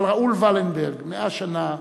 אבל ראול ולנברג, 100 שנה.